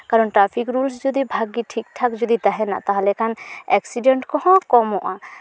ᱠᱟᱨᱚᱱ traffic rules ᱡᱩᱫᱤ ᱵᱷᱟᱹᱜᱤ ᱴᱷᱤᱠ ᱴᱷᱟᱠ ᱡᱩᱫᱤ ᱛᱟᱦᱮᱱᱟ ᱛᱟᱦᱞᱮ ᱠᱷᱟᱱ ᱮᱠᱥᱤᱰᱮᱱᱴ ᱠᱚᱦᱚᱸ ᱠᱚᱢᱚᱜᱼᱟ